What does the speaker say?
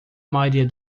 maioria